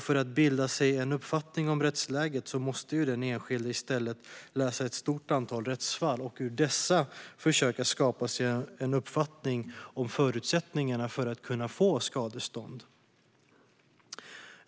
För att bilda sig en uppfattning om rättsläget måste den enskilde i stället läsa ett stort antal rättsfall och ur dessa försöka skapa sig en uppfattning om förutsättningarna för att få skadestånd.